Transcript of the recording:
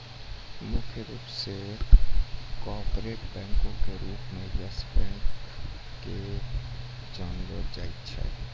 मुख्य रूपो से कार्पोरेट बैंको के रूपो मे यस बैंक के जानलो जाय छै